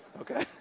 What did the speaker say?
Okay